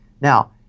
Now